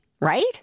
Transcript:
right